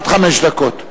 עד חמש דקות.